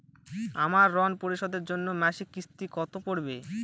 আমার ঋণ পরিশোধের জন্য মাসিক কিস্তি কত পড়বে?